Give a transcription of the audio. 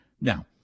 Now